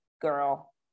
girl